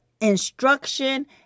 instruction